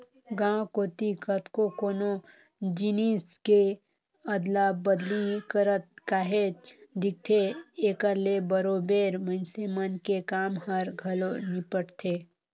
गाँव कोती कतको कोनो जिनिस के अदला बदली करत काहेच दिखथे, एकर ले बरोबेर मइनसे मन के काम हर घलो निपटथे